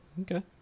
Okay